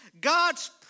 God's